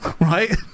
right